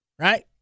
right